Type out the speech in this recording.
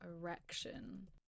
erection